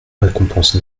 récompense